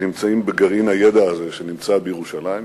שנמצאים בגרעין הידע הזה שנמצא בירושלים,